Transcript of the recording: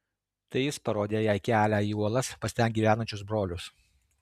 tai jis parodė jai kelią į uolas pas ten gyvenančius brolius